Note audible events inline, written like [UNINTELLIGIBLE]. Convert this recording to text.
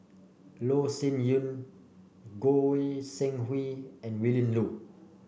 Loh Sin Yun Goi [UNINTELLIGIBLE] Seng Hui and Willin Low